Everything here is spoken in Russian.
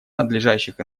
надлежащих